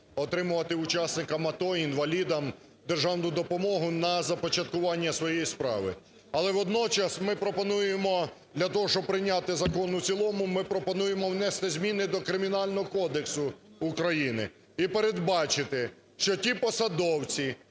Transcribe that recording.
отримувати учасникам АТО і інвалідам державну допомогу на започаткування своєї справи. Але водночас для того, щоб прийняти закон у цілому, ми пропонуємо внести зміни до Кримінального кодексу України і передбачити, що ті посадовці,